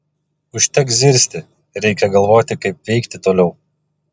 užteks zirzti reikia galvoti kaip veikti toliau